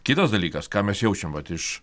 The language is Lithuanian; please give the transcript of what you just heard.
kitas dalykas ką mes jaučiam vat iš